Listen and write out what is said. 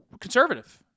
conservative